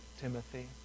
Timothy